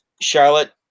Charlotte